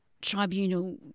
tribunal